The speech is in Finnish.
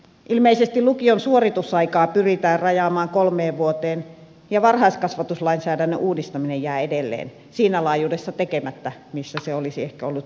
ilmeisesti lukion suoritusaikaa pyritään rajaamaan kolmeen vuoteen ja varhaiskasvatuslainsäädännön uudistaminen jää edelleen tekemättä siinä laajuudessa missä se olisi ehkä ollut syytä tehdä